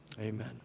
Amen